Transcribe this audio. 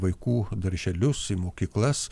vaikų darželius į mokyklas